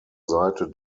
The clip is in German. seite